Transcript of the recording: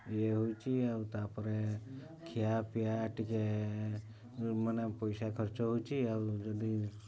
ଇଏ ହେଉଛି ଆଉ ତା'ପରେ ଖିଆପିଆ ଟିକେ ମାନେ ପଇସା ଖର୍ଚ୍ଚ ହେଉଛି